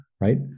right